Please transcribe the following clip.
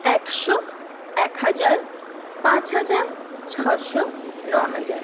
একশো এক হাজার পাঁচ হাজার ছশো নহাজার